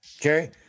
Okay